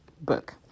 book